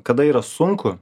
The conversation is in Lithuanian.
kada yra sunku